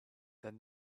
then